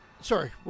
Sorry